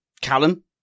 Callum